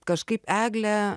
kažkaip eglė